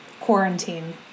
quarantine